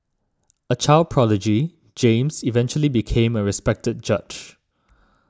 a child prodigy James eventually became a respected judge